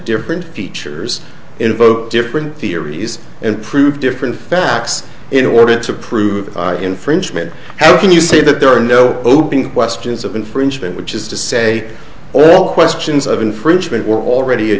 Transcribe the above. different features invoke different theories and prove different facts in order to prove infringement how can you say that there are no open questions of infringement which is to say all questions of infringement were already